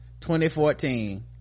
2014